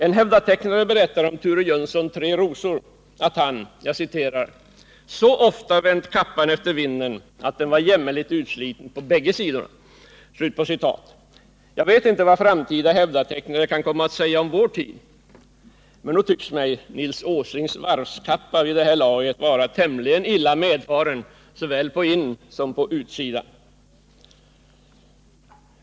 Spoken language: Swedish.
En hävdatecknare berättar om Ture Jönsson Tre Rosor att han ”så ofta vänt kappan efter vinden, att den var jämmerligt utsliten på båda sidor”. Jag vet inte vad framtida hävdatecknare kan komma att säga om vår tid, men nog tycks mig Nils Åslings varvskappa vid det här laget vara tämligen illa medfaren såväl på insom på utsidan.